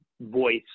voice